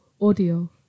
Audio